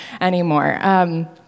anymore